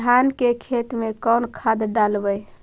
धान के खेत में कौन खाद डालबै?